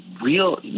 real